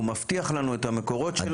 הוא מבטיח לנו את המקורות שלנו.